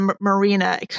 marina